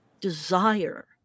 desire